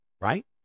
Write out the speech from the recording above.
right